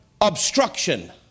obstruction